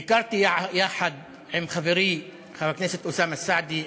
ביקרתי אותם בטיפול נמרץ יחד עם חברי חבר הכנסת אוסאמה סעדי.